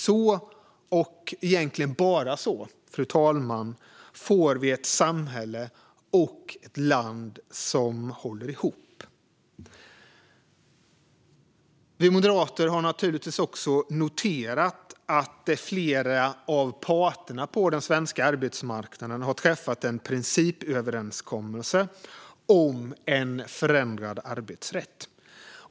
Så och egentligen bara så, fru talman, får vi ett samhälle och ett land som håller ihop. Vi moderater har naturligtvis också noterat att flera av parterna på den svenska arbetsmarknaden har träffat en principöverenskommelse om en förändrad arbetsrätt.